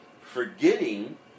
forgetting